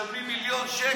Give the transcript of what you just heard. משלמים מיליון שקל.